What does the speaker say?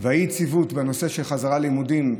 והאי-יציבות בנושא של החזרה ללימודים,